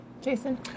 Jason